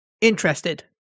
interested